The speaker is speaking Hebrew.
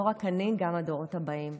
לא רק אני גם הדורות הבאים.